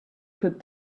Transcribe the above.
could